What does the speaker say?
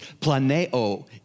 planeo